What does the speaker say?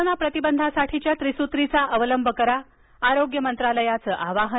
कोरोनाप्रतिबंधासाठीच्या त्रिसूत्रीचा अवलंब करा आरोग्य मंत्रालयाचं आवाहन